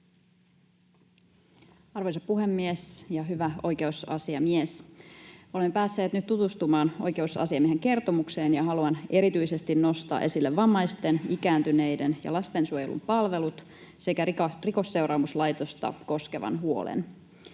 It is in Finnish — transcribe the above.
Arvoisa puhemies ja hyvä oikeusasiamies! Olemme päässeet nyt tutustumaan oikeusasiamiehen kertomukseen, ja haluan erityisesti nostaa esille vammaisten, ikääntyneiden ja lastensuojelun palvelut sekä Rikosseuraamuslaitosta koskevan huolen.